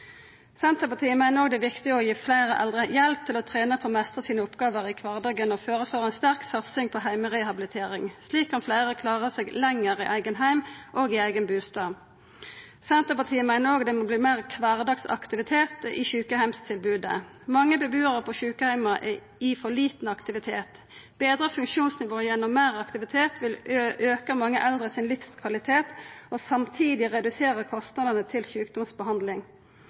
Senterpartiet meiner òg det er viktig å gi fleire eldre hjelp til å trena på å meistra oppgåver i kvardagen, og føreslår ei sterk satsing på heimerehabilitering. Slik kan fleire klara seg lenger i eigen heim og i eigen bustad. Senterpartiet meiner òg det må verta meir kvardagsaktivitet i sjukeheimstilbodet. Mange bebuarar på sjukeheimar er i for liten aktivitet. Betre funksjonsnivå gjennom meir aktivitet vil auka livskvaliteten til mange eldre og samtidig redusera kostnadene til sjukdomsbehandling.